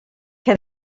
que